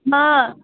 हँ